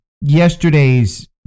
yesterday's